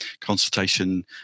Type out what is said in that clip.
consultation